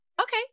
okay